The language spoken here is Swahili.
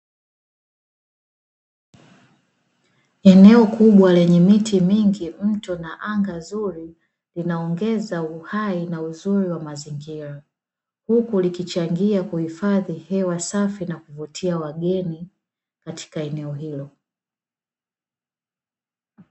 Eneo kubwa lenye miti mingi, mto na anga zuri linaongeza uhai na uzuri wa mazingira. Huku likichangia kuhifadhi hewa safi na kuvutia wageni katika eneo hilo.